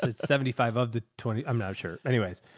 ah seventy five of the twenty. i'm not sure. anyways.